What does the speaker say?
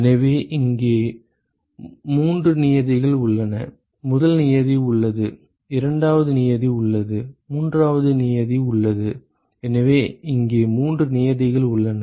எனவே இங்கே மூன்று நியதிகள் உள்ளன முதல் நியதி உள்ளது இரண்டாவது நியதி உள்ளது மூன்றாவது நியதி உள்ளது எனவே இங்கே மூன்று நியதிகள் உள்ளன